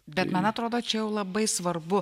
bet man atrodo čia jau labai svarbu